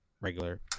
regular